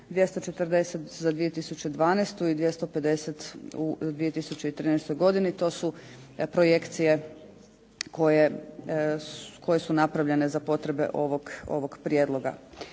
240 za 2012. i 250 u 2013. godini. To su projekcije koje su napravljene za potrebe ovog prijedloga.